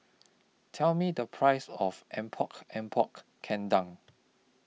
Tell Me The Price of Epok Epok Kendang